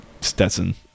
Stetson